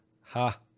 Ha